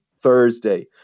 Thursday